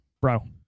Bro